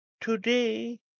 today